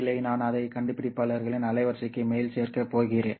இல்லை நான் அதை கண்டுபிடிப்பாளரின் அலைவரிசைக்கு மேல் சேர்க்கப் போகிறேன்